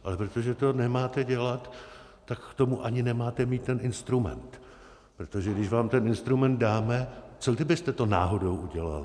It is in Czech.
Ale protože to nemáte dělat, tak k tomu ani nemáte mít ten instrument, protože když vám ten instrument dáme, co kdybyste to náhodou udělali?